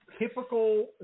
typical